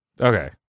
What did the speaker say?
Okay